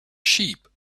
sheep